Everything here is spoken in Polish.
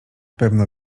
pewno